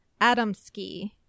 Adamski